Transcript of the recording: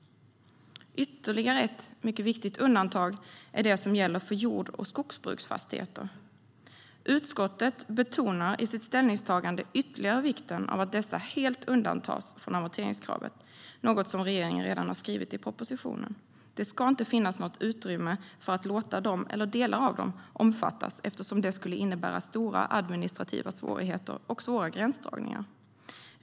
Ytterligare ett mycket viktigt undantag är det som gäller för jord och skogsbruksfastigheter. Utskottet betonar i sitt ställningstagande ytterligare vikten av att dessa helt undantas från amorteringskravet - något som regeringen redan har skrivit i propositionen. Det ska inte finnas något utrymme för att låta dem eller delar av dem omfattas eftersom det skulle innebära stora administrativa svårigheter och svåra gränsdragningar.